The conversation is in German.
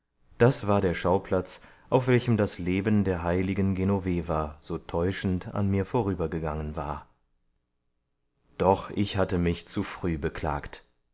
das war der schauplatz auf welchem das leben der heiligen genoveva so täuschend an mir vorübergegangen war doch ich hatte mich zu früh beklagt